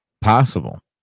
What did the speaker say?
possible